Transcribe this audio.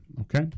Okay